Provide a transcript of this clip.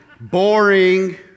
boring